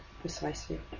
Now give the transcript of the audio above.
precisely